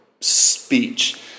speech